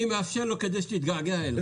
אני מאפשר לו כדי שתתגעגע אליו.